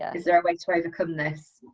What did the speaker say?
is there a way to overcome this?